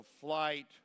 Flight